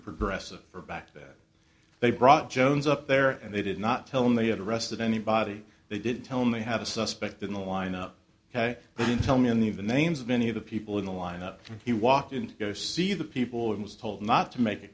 progressive for back then they brought jones up there and they did not tell him they had arrested anybody they didn't tell me have a suspect in the lineup ok they didn't tell me any of the names of any of the people in the lineup he walked in to go see the people and was told not to make